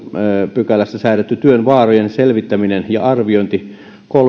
pykälässä säädetty työn vaarojen selvittäminen ja arviointi